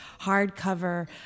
hardcover